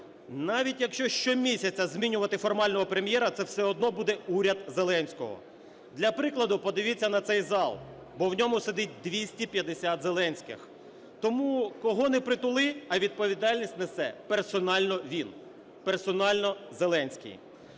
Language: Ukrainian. Навіть якщо щомісяця змінювати формального Прем'єра, це все одно буде уряд Зеленського. Для прикладу, подивіться на цей зал, бо в ньому сидить 250 "зеленських". Тому кого не притули, а відповідальність несе персонально він, персонально Зеленський.